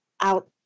out